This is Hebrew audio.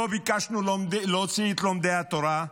לא ביקשנו להוציא את לומדי התורה,